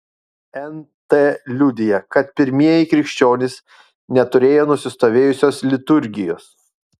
nt liudija kad pirmieji krikščionys neturėjo nusistovėjusios liturgijos